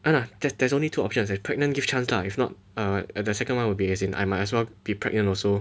hanna there there's only two options if preganent give chance lah if not uh the second one would be as in I might as well be preagnent also